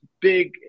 big